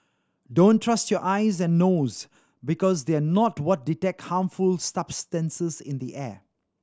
don't trust your eyes and nose because they are not what detect harmful substances in the air